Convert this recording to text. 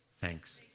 Thanks